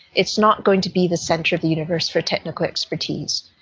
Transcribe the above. it's not going to be the centre of the universe for technical expertise.